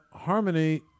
harmony